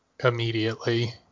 immediately